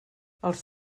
els